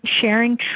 sharing